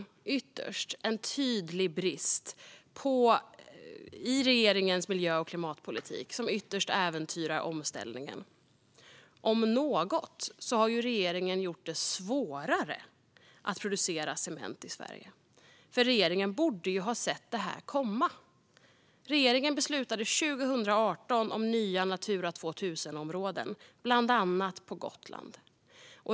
Detta är en tydlig brist i regeringens miljö och klimatpolitik som ytterst äventyrar omställningen. Om något har regeringen gjort det svårare att producera cement i Sverige. Regeringen borde ju ha sett detta komma. Regeringen beslutade 2018 om nya Natura 2000-områden, bland annat på Gotland.